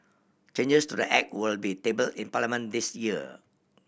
changes to the Act will be table in Parliament this year